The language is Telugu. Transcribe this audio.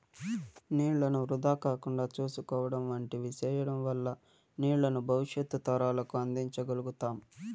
నీళ్ళను వృధా కాకుండా చూసుకోవడం వంటివి సేయడం వల్ల నీళ్ళను భవిష్యత్తు తరాలకు అందించ గల్గుతాం